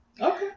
Okay